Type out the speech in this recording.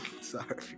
sorry